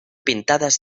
pintadas